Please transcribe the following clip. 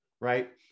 right